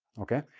okay?